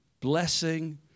blessing